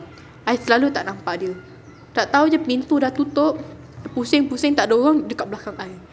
I selalu tak nampak dia tau-tau je pintu dah tutup pusing-pusing tak ada orang dia dekat belakang I